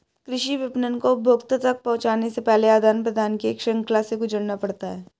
कृषि विपणन को उपभोक्ता तक पहुँचने से पहले आदान प्रदान की एक श्रृंखला से गुजरना पड़ता है